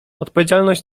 odpowiedzialność